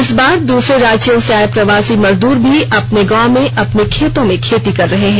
इस बार दूसरे राज्यों से आए प्रवासी मजदूर भी अपने गांव में अपने खेतों में खेती कर रहे हैं